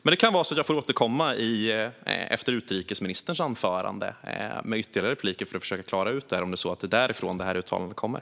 Det kan vara så att jag får återkomma med ytterligare repliker efter utrikesministerns anförande för att klara ut det, om det är därifrån uttalandet kommer.